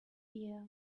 year